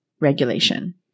regulation